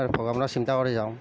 ভগৱানক চিন্তা কৰি যাওঁ